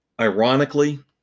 Ironically